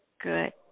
Good